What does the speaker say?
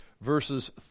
verses